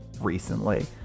recently